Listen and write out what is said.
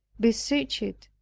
besiege it,